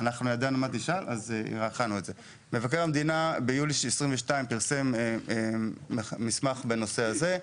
ביולי 2022 מבקר המדינה פרסם מסמך בנושא הזה.